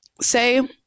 say